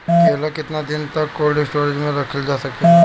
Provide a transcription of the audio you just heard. केला केतना दिन तक कोल्ड स्टोरेज में रखल जा सकेला?